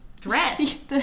dress